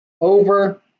Over